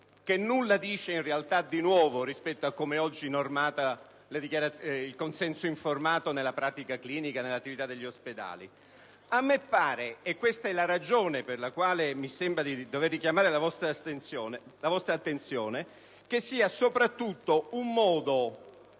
nulla dice di nuovo rispetto a come oggi è normato il consenso informato nella pratica clinica e nell'attività degli ospedali? A me pare, ed è la ragione per la quale mi sento di dover richiamare l'attenzione dei colleghi, che sia soprattutto un modo